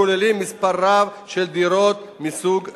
הכוללים מספר רב של דירות מסוג זה.